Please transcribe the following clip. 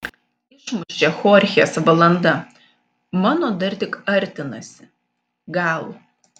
išmušė chorchės valanda mano dar tik artinasi gal